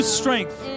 strength